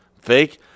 fake